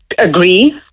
agree